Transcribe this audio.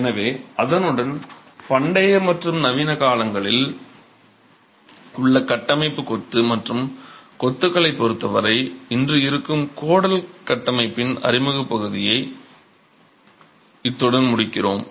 எனவே அதனுடன் பண்டைய மற்றும் நவீன காலங்களில் உள்ள கட்டமைப்பு கொத்து மற்றும் கொத்துகளைப் பொருத்தவரை இன்று இருக்கும் கோடல் கட்டமைப்பின் அறிமுகப் பகுதியை இத்துடன் முடிக்கிறோம்